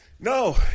No